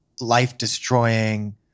life-destroying